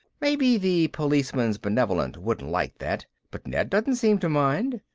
maybe the policeman's benevolent wouldn't like that, but ned doesn't seem to mind.